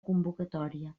convocatòria